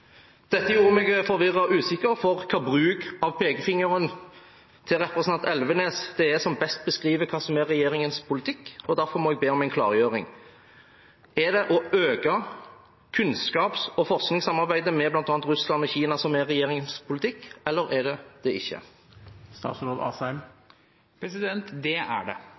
Dette gjorde meg forvirret og usikker på hvilken bruk av pekefingeren til representanten Elvenes det er som best beskriver hva som er regjeringens politikk. Derfor må jeg be om en klargjøring: Er det å øke kunnskaps- og forskningssamarbeidet med bl.a. Russland og Kina som er regjeringens politikk, eller er det det ikke? Det er det. Det er